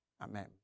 Amen